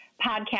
podcast